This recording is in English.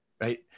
right